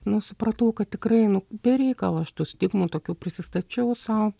nu supratau kad tikrai nu be reikalo aš tų stigmų tokių prisistačiau sau